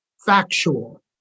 factual